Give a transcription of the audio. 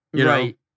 Right